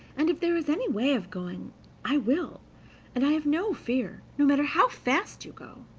and if there is any way of going i will and i have no fear, no matter how fast you go.